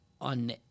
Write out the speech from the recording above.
on